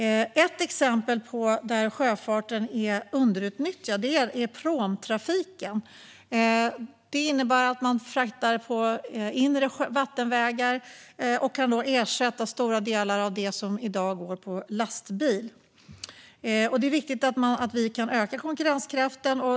Ett exempel på att sjöfarten är underutnyttjad är pråmtrafiken. Den innebär att man fraktar på inre vattenvägar och därmed kan ersätta stora delar av de transporter som i dag sker med lastbil. Det är viktigt att vi kan öka konkurrenskraften här.